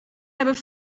hebben